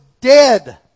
dead